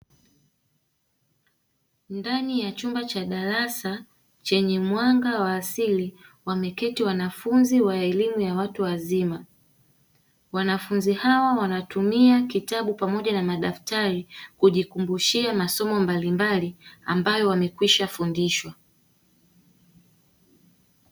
Ndani ya chumba cha darasa, chenye mwanga wa asili wameketi wanafunzi wa elimu ya watu wazima, wanafunzi hawa wanatumia kitabu pamoja na madaftari kijikumbushia masomo mbalimbali ambayo wamekwisha kufndishwa.